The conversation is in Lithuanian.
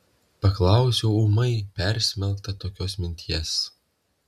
paklausiau ūmai persmelkta tokios minties